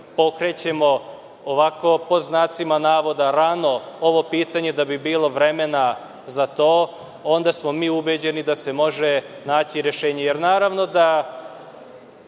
pokrećemo ovako „rano ovo pitanje“ da bi bilo vremena za to, onda smo mi ubeđeni da se može naći rešenje. Naravno da